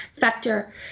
factor